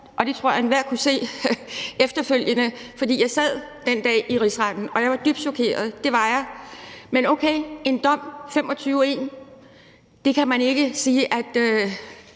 og det tror jeg enhver kunne se efterfølgende. For jeg sad den dag i Rigsretten, og jeg var dybt chokeret. Det var jeg. Men okay, det er en dom – 25 mod 1 – og det